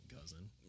cousin